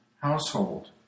Household